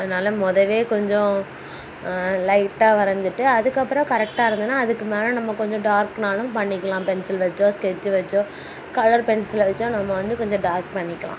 அதனால் முதவே கொஞ்சம் லைட்டாக வரைஞ்சிட்டு அதுக்கப்புறம் கரெக்டாக இருந்துதுனால் அதுக்கு மேலே நம்ம கொஞ்சம் டார்க்னாலும் பண்ணிக்கலாம் பென்சில் வச்சோம் ஸ்கெட்ச்சி வச்சோம் கலர் பென்சிலை வச்சோ நம்ம வந்து கொஞ்சம் டார்க் பண்ணிக்கலாம்